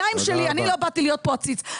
אני לא באתי להיות פה עציץ,